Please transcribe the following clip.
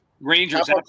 Rangers